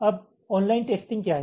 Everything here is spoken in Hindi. अब ऑनलाइन टेस्टिंग क्या है